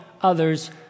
others